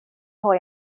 har